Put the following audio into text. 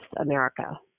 America